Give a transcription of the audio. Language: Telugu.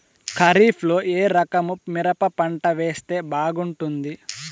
ఖరీఫ్ లో ఏ రకము మిరప పంట వేస్తే బాగుంటుంది